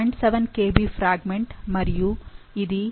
7 Kb fragment మరియు ఇది 3